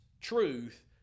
truth